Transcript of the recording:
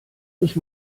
mich